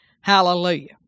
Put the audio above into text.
Hallelujah